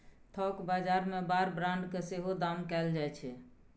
थोक बजार मे बार ब्रांड केँ सेहो दाम कएल जाइ छै